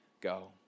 go